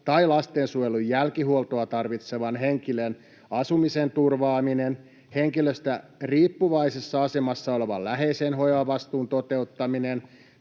tai lastensuojelun jälkihuoltoa tarvitsevan henkilön asumisen turvaaminen, henkilöstä riippuvaisessa asemassa olevan läheisen hoivavastuun toteuttaminen